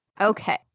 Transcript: Okay